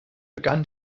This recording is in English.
began